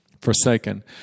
Forsaken